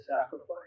sacrifice